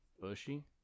bushy